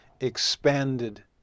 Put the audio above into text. expanded